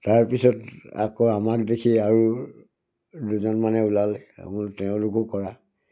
তাৰপিছত আকৌ আমাক দেখি আৰু দুজনমান ওলালে বোলো তেওঁ লোকেও কৰা